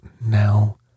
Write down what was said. now